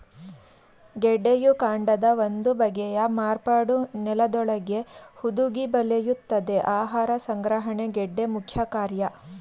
ಗೆಡ್ಡೆಯು ಕಾಂಡದ ಒಂದು ಬಗೆಯ ಮಾರ್ಪಾಟು ನೆಲದೊಳಗೇ ಹುದುಗಿ ಬೆಳೆಯುತ್ತದೆ ಆಹಾರ ಸಂಗ್ರಹಣೆ ಗೆಡ್ಡೆ ಮುಖ್ಯಕಾರ್ಯ